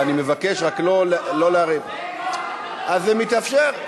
אני מבקש רק לא לערב, אז זה מתאפשר.